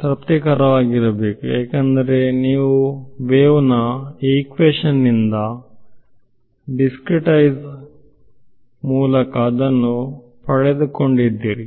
ತೃಪ್ತಿಪಡಬೇಕು ಏಕೆಂದರೆ ನೀವು ವೇವ್ನ ಈಕ್ವೇಶನ್ ಇಂದ ದಿಸ್ಕ್ರೀಟ್ಐಸಿಂಗ್ ಮೂಲಕ ಅದನ್ನು ಪಡೆದುಕೊಂಡಿದ್ದೀರಿ